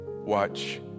watch